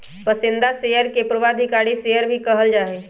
पसंदीदा शेयर के पूर्वाधिकारी शेयर भी कहल जा हई